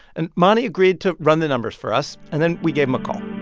and mani agrees to run the numbers for us. and then we gave him a call